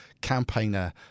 campaigner